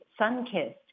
Sunkissed